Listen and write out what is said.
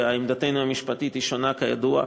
ועמדתנו המשפטית היא שונה כידוע,